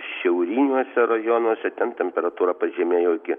šiauriniuose rajonuose temperatūra pažemėjo iki